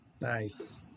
nice